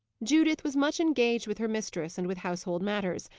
judith was much engaged with her mistress and with household matters,